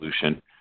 Solution